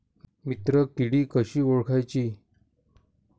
मित्र किडी कशी ओळखाची?